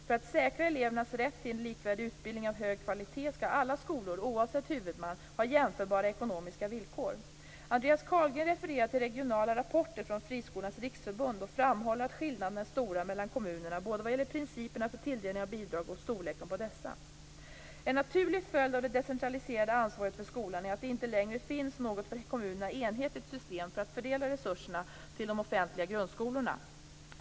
För att säkra elevernas rätt till en likvärdig utbildning av hög kvalitet skall alla skolor, oavsett huvudman, ha jämförbara ekonomiska villkor. Andreas Carlgren refererar till regionala rapporter från Friskolornas riksförbund och framhåller att skillnaderna är stora mellan kommunerna både vad gäller principerna för tilldelning av bidrag och storleken på dessa. En naturlig följd av det decentraliserade ansvaret för skolan är att det inte längre finns något för kommunerna enhetligt system för att fördela resurser till de offentliga grundskolorna.